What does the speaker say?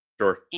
Sure